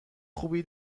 خوبی